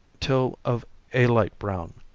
till of a light brown.